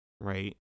Right